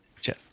Jeff